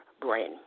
brain